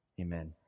Amen